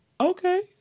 okay